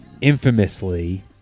infamously